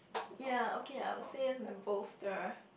ya okay I would say my booster